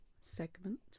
segment